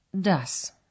DAS